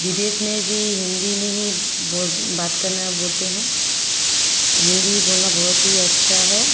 विदेश में भी हिन्दी में ही वो बात करना बोलते हैं हिन्दी बोलना बहुत ही अच्छा है